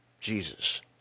Jesus